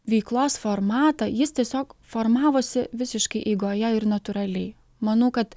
veiklos formatą jis tiesiog formavosi visiškai eigoje ir natūraliai manau kad